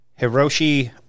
Hiroshi